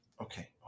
Okay